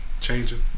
changing